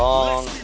Long